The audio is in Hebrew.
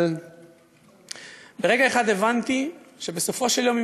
אבל ברגע אחד הבנתי שבסופו של יום,